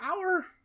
hour